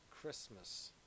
Christmas